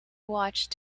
watched